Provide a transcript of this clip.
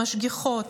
משגיחות,